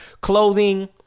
clothing